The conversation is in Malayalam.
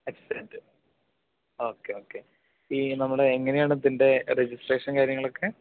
എക്സ് സെഡ് ഓക്കെ ഓക്കെ ഈ നമ്മുടെ എങ്ങനെയാണ് ഇതിൻ്റെ രെജിസ്ട്രേഷൻ കാര്യങ്ങളൊക്കെ